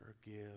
forgive